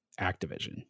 Activision